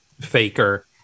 faker